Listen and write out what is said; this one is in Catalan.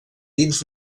dins